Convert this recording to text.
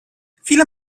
viele